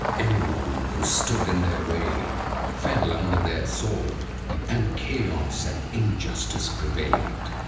anyone who stood in their way fell under their sword and chaos and injustice prevailed.